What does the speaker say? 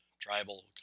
tribal